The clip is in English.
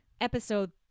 episode